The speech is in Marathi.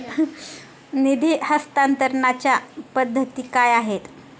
निधी हस्तांतरणाच्या पद्धती काय आहेत?